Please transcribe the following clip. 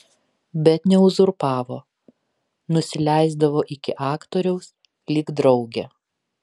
bet neuzurpavo nusileisdavo iki aktoriaus lyg draugė